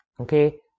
okay